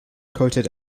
quoted